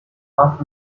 half